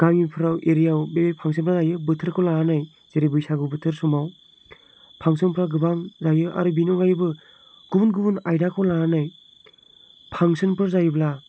गामिफोराव एरियाआव बे फांस'नफोरा जायो बोथोरखौ लानानै जेरै बैसागु बोथोर समाव फांस'नफोरा गोबां जायो आरो बेनि अनगायैबो गुबुन गुबुन आयदाखौ लानानै फांस'नफोर जायोब्ला